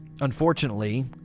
unfortunately